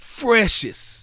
freshest